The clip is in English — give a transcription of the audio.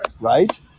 right